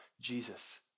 Jesus